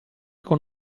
con